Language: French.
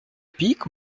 pique